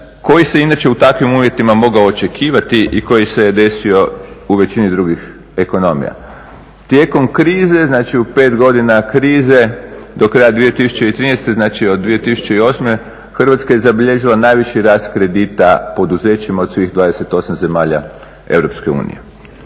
koji se inače u takvim uvjetima mogao očekivati i koji se je desio u većini drugih ekonomija. Tijekom krize, znači u 5 godina krize do kraja 2013. znači od 2008. Hrvatska je zabilježila najviši rast kredita u poduzećima od svih 28 zemalja